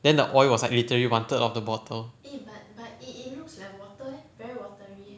then the oil was like literally one third of the bottle